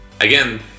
again